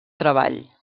treball